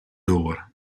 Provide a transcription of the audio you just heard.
door